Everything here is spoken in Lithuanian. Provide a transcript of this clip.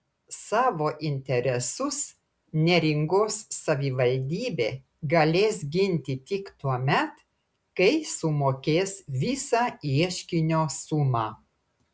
savo interesus neringos savivaldybė galės ginti tik tuomet kai sumokės visą ieškinio sumą